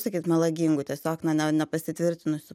sakyt melagingų tiesiog na ne nepasitvirtinusių